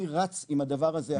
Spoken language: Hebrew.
אני רץ עם הדבר הזה עכשיו.